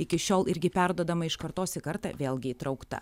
iki šiol irgi perduodama iš kartos į kartą vėlgi įtraukta